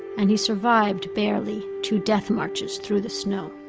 and he survived, barely, two death marches through the snow